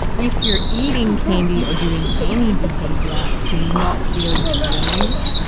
if you're eating candy or doing any behavior to not feel your feelings,